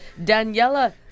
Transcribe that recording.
Daniela